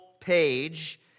page